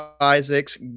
Isaacs